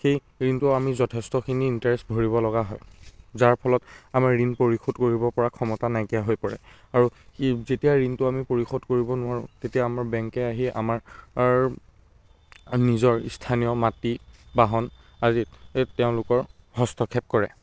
সেই ঋণটো আমি যথেষ্টখিনি ইণ্টাৰেষ্ট ভৰিবলগা হয় যাৰ ফলত আমাৰ ঋণ পৰিশোধ কৰিব পৰা ক্ষমতা নাইকিয়া হৈ পৰে আৰু কি যেতিয়া আমি ঋণটো পৰিশোধ কৰিব নোৱাৰোঁ তেতিয়া আমাৰ বেংকে আহি আমাৰ নিজৰ স্থানীয় মাটি বাহন আদি তেওঁলোকৰ হস্তক্ষেপ কৰে